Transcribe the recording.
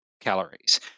calories